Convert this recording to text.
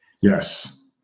Yes